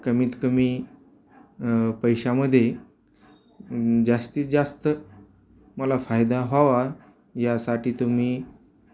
कमीतकमी पैशामध्ये जास्तीत जास्त मला फायदा व्हावा यासाठी तुम्ही